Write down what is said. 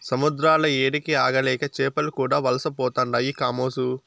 సముద్రాల ఏడికి ఆగలేక చేపలు కూడా వలసపోతుండాయి కామోసు